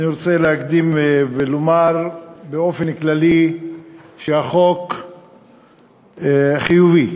אני רוצה להקדים ולומר באופן כללי שהחוק חיובי,